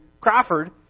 Crawford